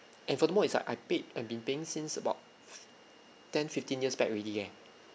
and furthermore it's like I paid I've been playing since about ten fifteen years back already eh